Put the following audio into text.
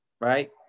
right